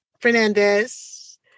Fernandez